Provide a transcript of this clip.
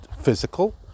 physical